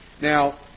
Now